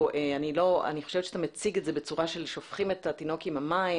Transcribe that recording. אני חושבת שאתה מציג את זה בצורה של "שופכים את התינוק עם המים".